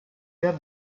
der